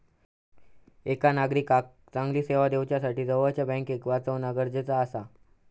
एका नागरिकाक चांगली सेवा दिवच्यासाठी जवळच्या बँकेक वाचवणा गरजेचा आसा